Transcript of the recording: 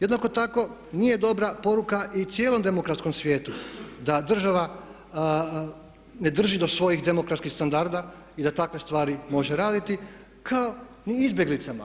Jednako tako nije dobra poruka i cijelom demokratskom svijetu da država ne drži do svojih demokratskih standarda i da takve stvari može raditi kao ni izbjeglicama.